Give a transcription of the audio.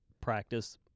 practice